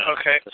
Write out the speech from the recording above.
Okay